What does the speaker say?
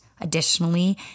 Additionally